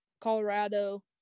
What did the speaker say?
colorado